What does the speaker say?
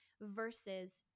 versus